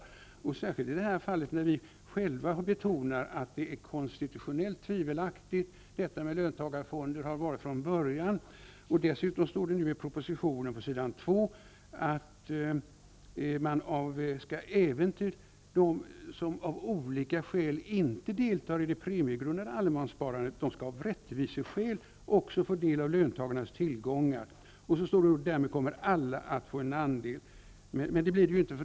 Detta gäller särskilt i det här fallet, när vi själva betonar att löntagarfonderna redan från början har varit något konstitutionellt tivelaktigt. Dessutom står det i propositionen på s. 2 att även de som av olika skäl inte deltar i det premiegrundande allemanssparandet av rättviseskäl skall få del av löntagarnas tillgångar och att alla därmed kommer att få en andel. Men detta stämmer ju inte.